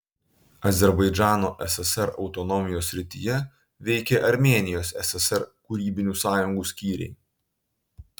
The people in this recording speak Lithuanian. azerbaidžano ssr autonomijos srityje veikė armėnijos ssr kūrybinių sąjungų skyriai